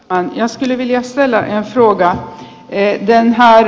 anja eskelinen ja siellähän se ärade herr talman